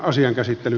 asian käsittely